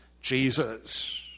Jesus